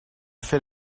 fait